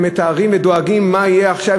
הם מתארים לעצמם ודואגים: מה יהיה עכשיו?